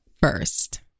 first